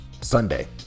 Sunday